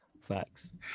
facts